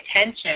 attention